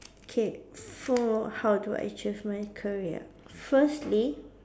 K for how do I choose my career firstly